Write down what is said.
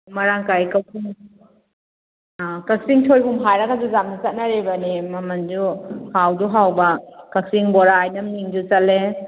ꯃꯔꯥꯡ ꯀꯥꯏ ꯀꯛꯆꯤꯡ ꯀꯛꯆꯤꯡ ꯁꯣꯏꯕꯨꯝ ꯍꯥꯏꯔꯒꯁꯨ ꯌꯥꯝ ꯆꯠꯅꯔꯤꯕꯅꯦ ꯃꯃꯜꯁꯨ ꯍꯥꯎꯁꯨ ꯍꯥꯎꯕ ꯀꯛꯆꯤꯡ ꯕꯣꯔꯥ ꯍꯥꯏꯅ ꯃꯤꯡꯁꯨ ꯆꯠꯂꯦ